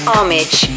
Homage